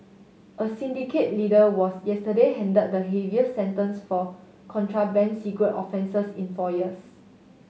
a syndicate leader was yesterday hand the heaviest sentence for contraband cigarette offences in four years